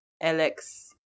Alex